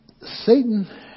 Satan